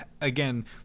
again